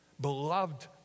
beloved